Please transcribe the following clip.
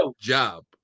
job